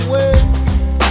away